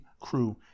crew